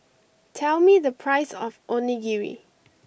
tell me the price of Onigiri